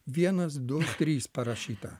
vienas du trys parašyta